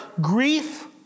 grief